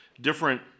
different